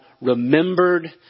remembered